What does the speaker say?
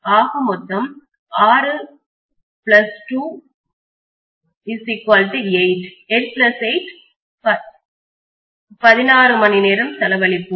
ஆக மொத்தம் 6 2 8 8 பிளஸ் 8 16 மணி நேரம் செலவழிப்போம்